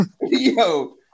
Yo